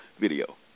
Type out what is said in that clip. video